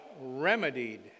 remedied